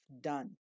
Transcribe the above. done